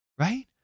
Right